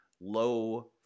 low